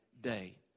day